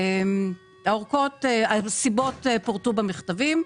האורכות, הסיבות פורטו במכתבים.